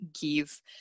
give